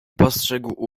postrzegł